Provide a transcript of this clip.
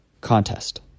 contest